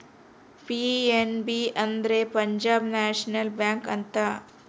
PNB ಅಂದ್ರೆ Punjab national bank ಅಂತ